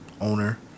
owner